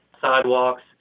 sidewalks